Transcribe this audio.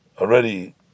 already